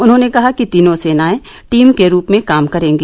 उन्होंने कहा कि तीनों सेनाएं टीम के रूप में काम करेंगी